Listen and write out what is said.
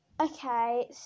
Okay